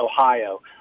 Ohio